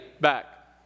back